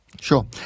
Sure